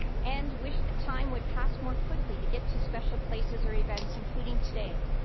and wished the time would past more quickly to get to special places or events, including today.